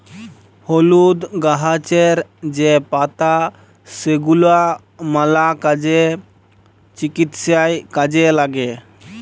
হলুদ গাহাচের যে পাতা সেগলা ম্যালা কাজে, চিকিৎসায় কাজে ল্যাগে